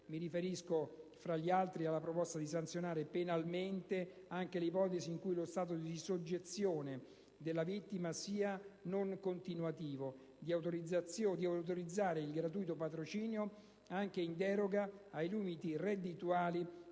Mi riferisco, fra gli altri, alla proposta di sanzionare penalmente anche le ipotesi in cui lo stato di soggezione della vittima sia non continuativo; di autorizzare il gratuito patrocinio, anche in deroga ai limiti reddituali